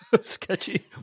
sketchy